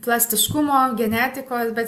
plastiškumo genetikos bet